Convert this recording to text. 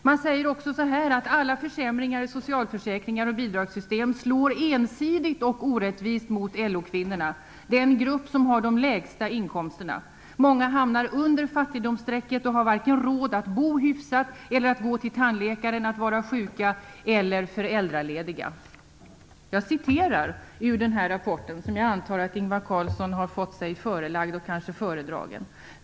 Man säger: Alla försämringar i socialförsäkringar och bidragssytem slår ensidigt och orättvist mot LO-kvinnorna, den grupp som har de lägsta inkomsterna. Många hamnar under fattigdomsstrecket och har varken råd att bo hyfsat, eller att gå till tandläkare, eller att vara sjuka eller att vara föräldralediga. Jag citerar ur denna rapport som jag antar att Ingvar Carlsson har fått sig förelagd och kanske föredragen.